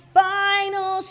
final